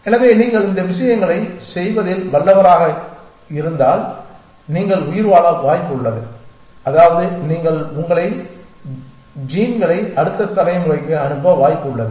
எனவே நீங்கள் இந்த விஷயங்களைச் செய்வதில் நல்லவராக இருந்தால் நீங்கள் உயிர்வாழ வாய்ப்புள்ளது அதாவது நீங்கள் உங்கள் ஜீன்களை அடுத்த தலைமுறைக்கு அனுப்ப வாய்ப்புள்ளது